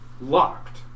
locked